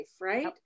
right